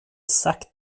sagt